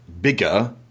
bigger